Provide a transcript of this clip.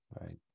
Right